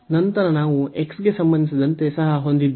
ನಂತರ ನಾವು x ಗೆ ಸಂಬಂಧಿಸಿದಂತೆ ಸಹ ಹೊಂದಿದ್ದೇವೆ